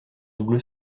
double